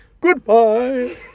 Goodbye